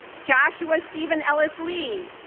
joshua stephen ellis lee,